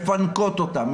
מפנקות אותם,